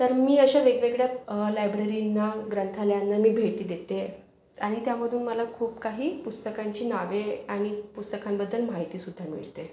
तर मी अशा वेगवेगळ्या लायब्ररींना ग्रंथालयांना मी भेटी देते आणि त्यामधून मला खूप काही पुस्तकांची नावे आणि पुस्तकांबद्दल माहितीसुद्धा मिळते